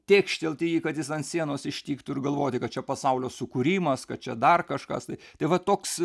tėkštelti į jį kad jis ant sienos ištiktų ir galvoti kad čia pasaulio sukūrimas kad čia dar kažkas tai tai va toks